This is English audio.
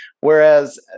Whereas